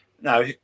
now